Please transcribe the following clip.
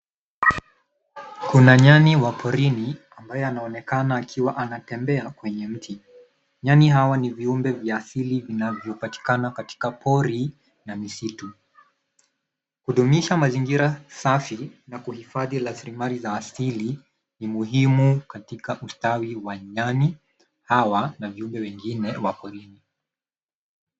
Kuna nyani wa porini ambaye anaonekana akiwa anatembea kwenye mti. Nyani hawa ni viumbe vya asili vinavyopatikana katika pori na misitu. Hudumisha mazingira safi na kuhifadhi rasilimali za asili ni muhimu katika ustawi wa nyani hawa na viumbe wengine wa porini.